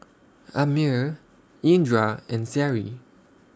Ammir Indra and Seri